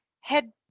head